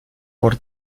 por